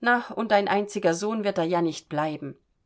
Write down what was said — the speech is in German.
na und dein einziger sohn wird er ja nicht bleiben